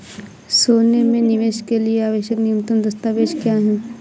सोने में निवेश के लिए आवश्यक न्यूनतम दस्तावेज़ क्या हैं?